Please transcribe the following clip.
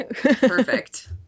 perfect